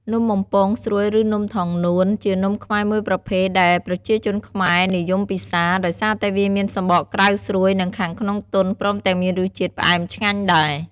នំបំពង់ស្រួយ ឬនំថងនួន ជានំខ្មែរមួយប្រភេទដែលប្រជាជនខ្មែរនិយមពិសា ដោយសារតែវាមានសំបកក្រៅស្រួយ និងខាងក្នុងទន់ ព្រមទាំងមានរសជាតិផ្អែមឆ្ងាញ់ដែរ។